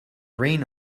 reign